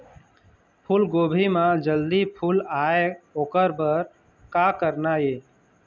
फूलगोभी म जल्दी फूल आय ओकर बर का करना ये?